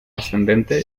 ascendente